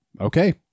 Okay